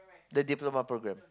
the diploma program